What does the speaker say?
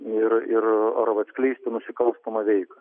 ir ir arba atskleisti nusikalstamą veiką